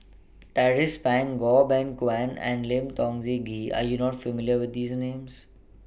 Tracie Pang Goh Beng Kwan and Lim Tiong Z Ghee Are YOU not familiar with These Names